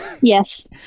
yes